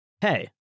Hey